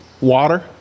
water